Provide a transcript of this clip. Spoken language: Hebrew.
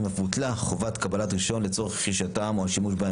אף הוטלה חובת קבלת רישיון לצורך רכישתם או השימוש בהם